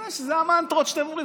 אני יודע שאלה המנטרות שאתם אומרים,